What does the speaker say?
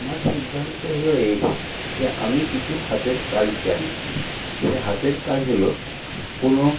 আমার সিদ্ধান্ত হলো এই যে আমি কিছু হাতের কাজ জানি সেই হাতের কাজ হল কোনো